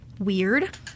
weird